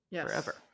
forever